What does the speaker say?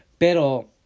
pero